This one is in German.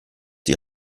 die